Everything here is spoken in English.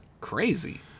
Crazy